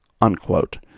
unquote